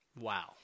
Wow